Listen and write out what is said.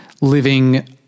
living